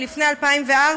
מלפני 2004,